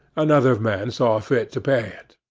another man saw fit to pay it.